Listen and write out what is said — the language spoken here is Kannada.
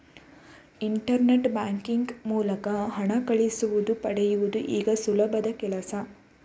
ಇಂಟರ್ನೆಟ್ ಬ್ಯಾಂಕಿಂಗ್ ಮೂಲಕ ಹಣ ಕಳಿಸುವುದು ಪಡೆಯುವುದು ಈಗ ಸುಲಭದ ಕೆಲ್ಸ